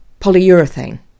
Polyurethane